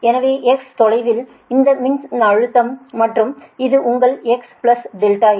எனவேx தொலைவில் இந்த மின்னழுத்தம் மற்றும் இது உங்கள் x ∆x